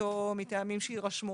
החלטתו מטעמים שיירשמו